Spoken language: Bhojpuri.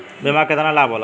बीमा के केतना लाभ होला?